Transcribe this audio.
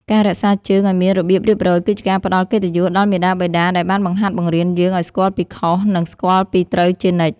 ការរក្សាជើងឱ្យមានរបៀបរៀបរយគឺជាការផ្តល់កិត្តិយសដល់មាតាបិតាដែលបានបង្ហាត់បង្រៀនយើងឱ្យស្គាល់ពីខុស និង ស្គាល់ពីត្រូវជានិច្ច។